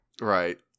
Right